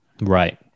Right